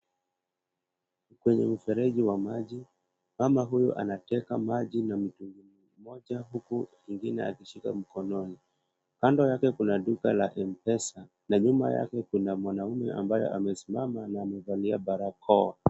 Kwenye mfereji wa maji, mama huyu anateka maji na mtungi mmoja huku mwingine akishika mkononi. kando yake kuna duka la Mpesa lenye nyuma yake kuna mwanaume ambaye amesimama, amevalia barakoa.